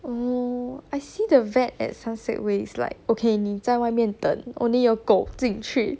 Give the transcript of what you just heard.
oh I see the vet at sunset way it's like okay 你在外面等 only your 狗进去